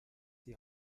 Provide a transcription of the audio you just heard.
die